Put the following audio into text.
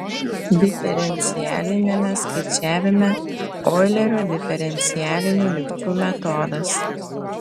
diferencialiniame skaičiavime oilerio diferencialinių lygčių metodas